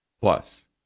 plus